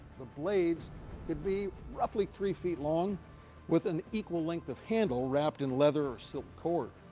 the blades could be roughly three feet long with an equal length of handle wrapped in leather or silk cord,